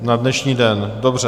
Na dnešní den, dobře.